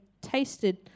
tasted